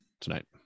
tonight